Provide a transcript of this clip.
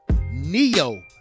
Neo